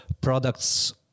products